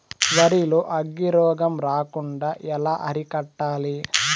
వరి లో అగ్గి రోగం రాకుండా ఎలా అరికట్టాలి?